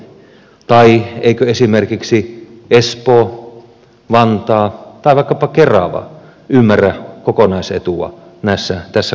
tai eivätkö esimerkiksi espoo vantaa tai vaikkapa kerava ymmärrä kokonaisetua tässä katsannossa